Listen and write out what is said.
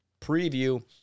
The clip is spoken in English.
preview